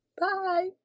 Bye